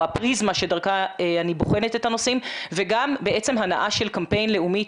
הפריזמה שדרכה אני בוחנת את הנושאים וגם בעצם הנעה של קמפיין לאומי,